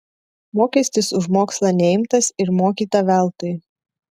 mokestis už mokslą neimtas ir mokyta veltui